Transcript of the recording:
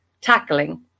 tackling